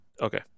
Okay